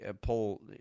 pull